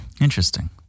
Interesting